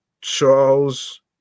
Charles